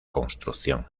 construcción